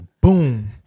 boom